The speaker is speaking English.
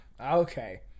okay